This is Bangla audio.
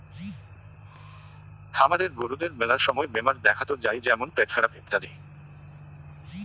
খামারের গরুদের মেলা সময় বেমার দেখাত যাই যেমন পেটখারাপ ইত্যাদি